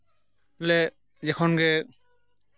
ᱞᱮ ᱡᱚᱠᱷᱚᱱᱜᱮ